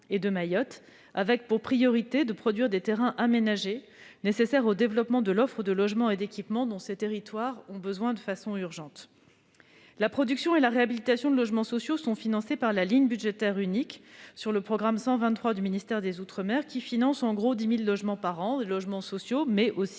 et de Mayotte, qui ont pour priorité de produire des terrains aménagés nécessaires au développement de l'offre de logements et d'équipements dont ces territoires ont besoin de façon urgente. La production et la réhabilitation de logements sociaux sont financées par la ligne budgétaire unique sur le programme 123 du ministère des outre-mer à hauteur d'environ 10 000 logements par an- des logements sociaux, mais aussi